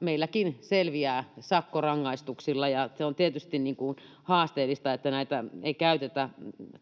Meilläkin selviää sakkorangaistuksilla, ja on tietysti haasteellista, että näitä ei käytetä